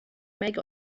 make